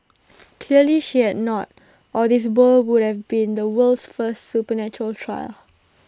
clearly she had not or this ball would have been the world's first supernatural trial